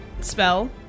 spell